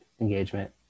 engagement